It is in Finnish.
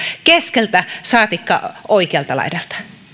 keskeltä saatikka oikealta laidalta